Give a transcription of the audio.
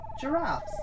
Giraffes